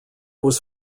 was